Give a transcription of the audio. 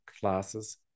classes